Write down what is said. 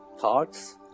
Thoughts